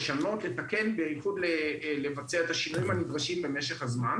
לשנות ולתקן את השינויים הנדרשים במשך הזמן.